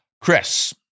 Chris